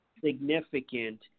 significant